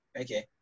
okay